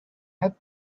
have